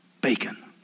bacon